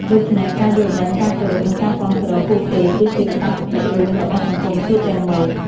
ដូច្នេះ ការយល់ដឹង ការគោរព និងការគាំទ្រ ពួកគេ គឺជា កាតព្វកិច្ចរួមរបស់សង្គមជាតិទាំងមូល។